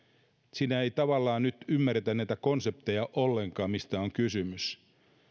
siinä ei tavallaan nyt ymmärretä ollenkaan näitä konsepteja mistä on kysymys